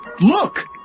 look